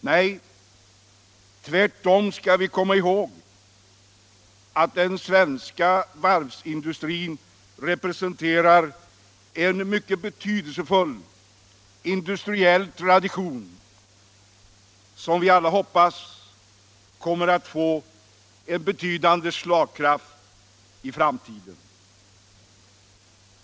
Nej, tvärtom skall vi komma ihåg att den svenska varvsindustrin representerar en mycket betydelsefull industriell tradition, och vi hoppas alla att den kommer att få en betydande slagkraft i framtiden.